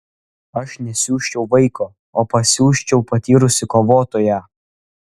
aš nesiųsčiau vaiko o pasiųsčiau patyrusį kovotoją